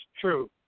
true